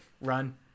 run